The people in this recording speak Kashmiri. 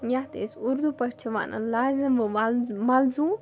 یَتھ أسۍ اُردو پٲٹھۍ چھِ وَنان لازِم وَ مَل ملزوٗم